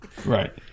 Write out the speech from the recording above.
Right